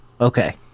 Okay